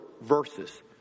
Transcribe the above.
verses